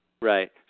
Right